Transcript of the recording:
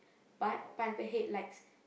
but Pineapple Head likes